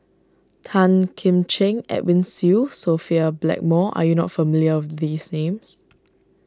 Tan Kim Ching Edwin Siew Sophia Blackmore are you not familiar with these names